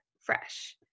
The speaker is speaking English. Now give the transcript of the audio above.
fresh